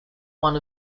one